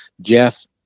Jeff